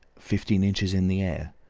fifteen inches in the air,